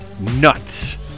nuts